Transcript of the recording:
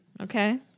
Okay